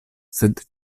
sed